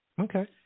okay